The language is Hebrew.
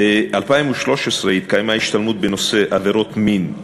ב-2013 התקיימה השתלמות בנושא "עבירות מין,